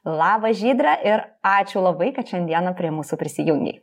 labas žydre ir ačiū labai kad šiandieną prie mūsų prisijungei